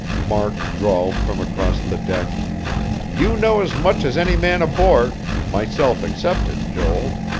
mark drawled from across the deck you know as much as any man aboard myself excepted, joel.